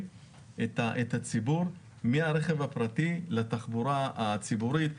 את הציבור מהרכב הפרטי לתחבורה הציבורית,